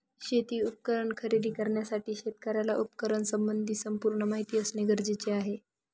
शेती उपकरण खरेदी करण्यासाठी शेतकऱ्याला उपकरणासंबंधी संपूर्ण माहिती असणे गरजेचे आहे